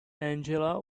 angela